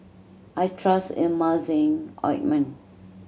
I trust Emulsying Ointment